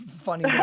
funny